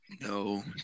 No